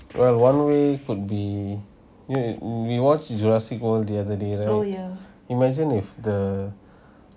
or one way could be you we watched the jurassic world the other day right imagine if the